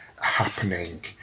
happening